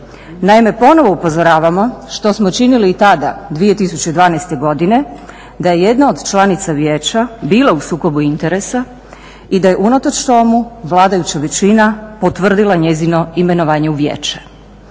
Naime, ponovo upozoravamo što smo činili i tada 2012. godine da je jedna od članica vijeća bila u sukobu interesa i da je unatoč tomu vladajuća većina potvrdila njezino imenovanje u vijeće.